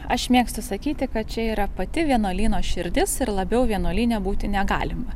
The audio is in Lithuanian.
aš mėgstu sakyti kad čia yra pati vienuolyno širdis ir labiau vienuolyne būti negalima